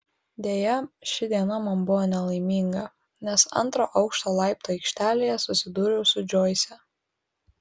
deja ši diena man buvo nelaiminga nes antro aukšto laiptų aikštelėje susidūriau su džoise